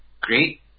great